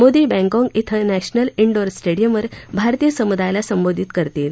Modi Bangkok इथ national indoor स्टेडीअमवर भारतीय समुदायाला संबोधित करतील